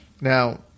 Now